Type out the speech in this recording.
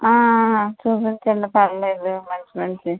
చూపించండి పర్లేదు మంచి మంచివి